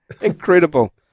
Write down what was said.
Incredible